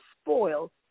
spoil